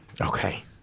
Okay